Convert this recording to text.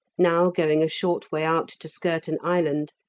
now going a short way out to skirt an island,